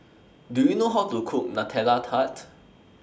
Do YOU know How to Cook Nutella Tart